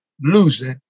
losing